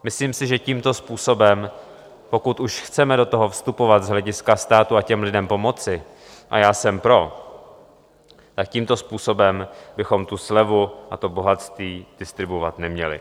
Myslím si, že tímto způsobem, pokud už chceme do toho vstupovat z hlediska státu a těm lidem pomoci, a já jsem pro, tak tímto způsobem bychom tu slevu a to bohatství distribuovat neměli.